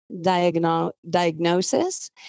diagnosis